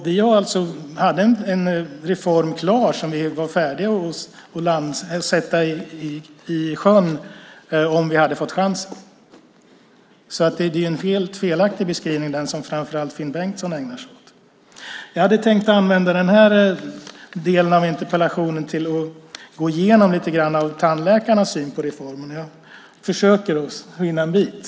Vi hade en reform som var färdig att sättas i sjön om vi hade fått chansen. Den beskrivning som framför allt Finn Bengtsson ägnar sig åt är helt felaktig. Jag hade tänkt att använda denna del av interpellationsdebatten till att gå igenom lite grann tandläkarnas syn på reformen. Jag försöker hinna en bit.